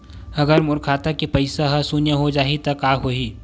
अगर मोर खाता के पईसा ह शून्य हो जाही त का होही?